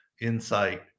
insight